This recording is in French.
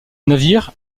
navire